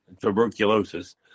tuberculosis